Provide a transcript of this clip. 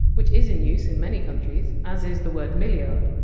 which is in use in many countries, as is the word! milliard.